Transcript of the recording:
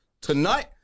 tonight